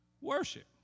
worship